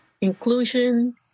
Inclusion